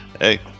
Hey